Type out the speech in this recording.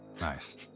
Nice